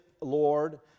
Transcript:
Lord